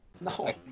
No